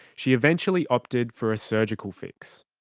she eventually opted for a surgical fix.